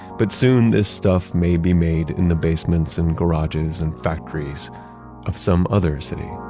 but soon this stuff may be made in the basements and garages and factories of some other city